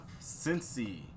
Cincy